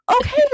okay